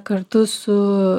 kartu su